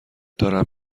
دارم